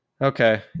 Okay